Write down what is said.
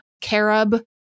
Carob